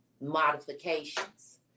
modifications